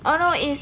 although is